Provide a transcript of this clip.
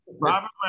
Robert